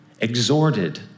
exhorted